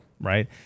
right